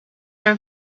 are